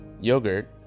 yogurt